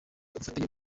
ubufatanye